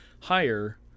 higher